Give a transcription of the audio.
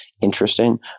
interesting